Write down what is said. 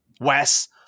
wes